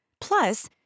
Plus